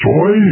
Joy